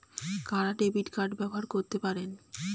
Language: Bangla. কারা ডেবিট কার্ড ব্যবহার করতে পারেন?